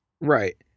Right